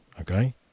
okay